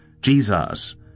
Jesus